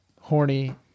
horny